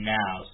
now